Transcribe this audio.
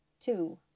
two